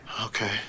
Okay